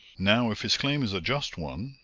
now if his claim is a just one,